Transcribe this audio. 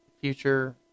future